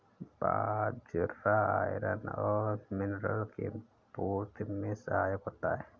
बाजरा iron और mineral की पूर्ति में सहायक होता है